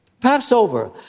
Passover